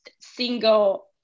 single